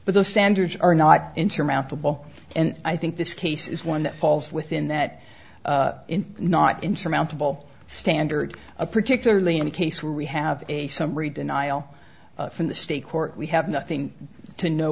but the standards are not intermountain ball and i think this case is one that falls within that in not intermountain all standard a particularly in a case where we have a summary denial from the state court we have nothing to know